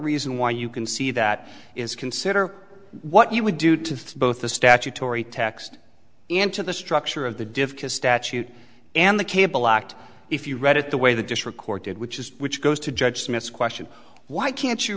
reason why you can see that is consider what you would do to both the statutory text into the structure of the diff statute and the cable act if you read it the way the district court did which is which goes to judge smith's question why can't you